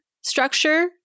structure